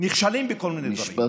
נכשלים בכל מיני דברים,